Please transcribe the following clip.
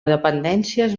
dependències